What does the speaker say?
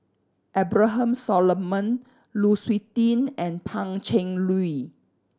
Abraham Solomon Lu Suitin and Pan Cheng Lui